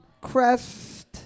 crest